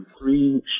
three